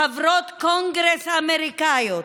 חברות קונגרס אמריקאיות,